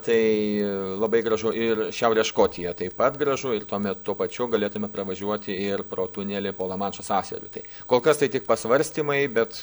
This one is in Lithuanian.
tai labai gražu ir šiaurės škotija taip pat gražu ir tuomet tuo pačiu galėtume pravažiuoti ir pro tunelį po lamanšo sąsiauriu tai kol kas tai tik pasvarstymai bet